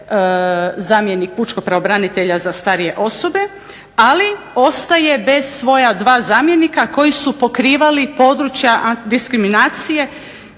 zamjenik pučkog pravobranitelja za starije osobe, ali ostaje bez svoja dva zamjenika koji su pokrivali područja diskriminacije,